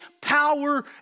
power